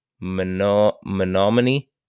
Menominee